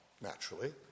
naturally